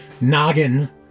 noggin